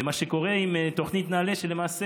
מה שקורה עם תוכנית נעל"ה זה שלמעשה